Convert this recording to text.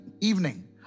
evening